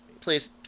please